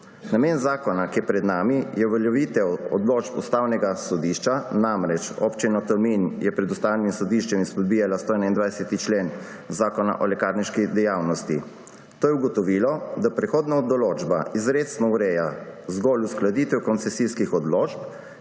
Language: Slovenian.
Namen zakona, ki je pred nami, je uveljavitev odločb Ustavnega sodišča. Namreč, Občina Tolmin je pred Ustavnim sodiščem izpodbijala 121. člen Zakona o lekarniški dejavnosti. To je ugotovilo, da prehodna določba izrecno ureja zgolj uskladitev koncesijskih odločb